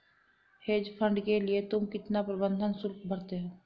Hedge fund के लिए तुम कितना प्रबंधन शुल्क भरते हो?